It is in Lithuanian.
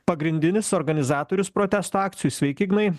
pagrindinis organizatorius protesto akcijų sveiki ignai